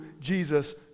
Jesus